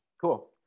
Cool